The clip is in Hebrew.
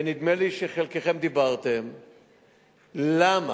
ונדמה לי שחלקכם דיברתם, למה,